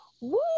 Woo